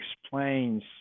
explains